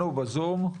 עמותת "צלול"